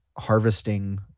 harvesting